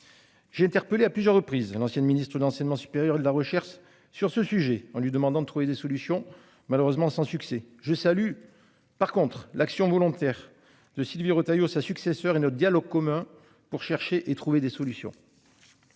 J'ai interpellé à plusieurs reprises, l'ancienne ministre de l'enseignement supérieur et de la recherche sur ce sujet en lui demandant de trouver des solutions, malheureusement sans succès. Je salue. Par contre l'action volontaire de Sylvie Retailleau sa successeure et notre dialogue commun pour chercher et trouver des solutions.